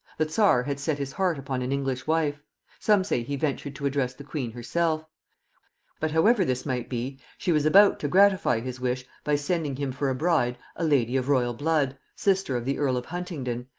the czar had set his heart upon an english wife some say he ventured to address the queen herself but however this might be, she was about to gratify his wish by sending him for a bride a lady of royal blood, sister of the earl of huntingdon,